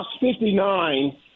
59